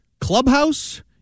clubhouse